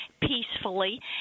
peacefully